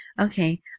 Okay